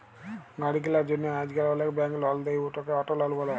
গাড়ি কিলার জ্যনহে আইজকাল অলেক ব্যাংক লল দেই, উটকে অট লল ব্যলে